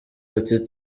ati